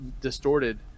distorted